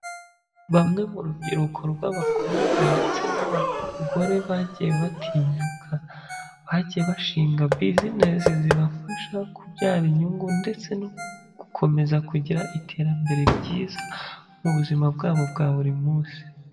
Bamwe mu rubyiruko rw'abakobwa ndetse n'abagore bagiye batinyuka, bagiye bashinga buzinesi zibafasha kubyara inyungu ndetse no gukomeza kugira iterambere ryiza mu buzima bwabo bwa buri munsi.